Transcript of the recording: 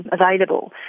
available